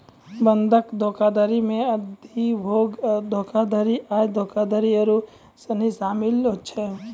बंधक धोखाधड़ी मे अधिभोग धोखाधड़ी, आय धोखाधड़ी आरु सनी शामिल छै